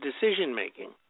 decision-making